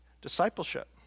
Discipleship